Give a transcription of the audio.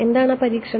എന്താണ് ആ പരീക്ഷണം